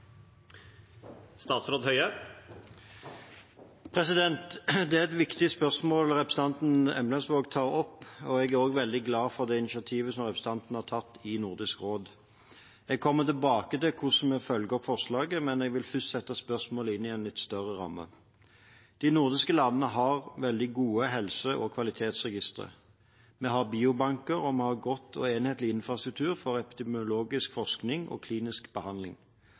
glad for det initiativet representanten har tatt i Nordisk råd. Jeg kommer tilbake til hvordan vi følger opp forslaget, men jeg vil først sette spørsmålet inn i en litt større ramme. De nordiske landene har veldig gode helse- og kvalitetsregistre. Vi har biobanker, og vi har en god og enhetlig infrastruktur for epidemiologisk forskning og klinisk behandling.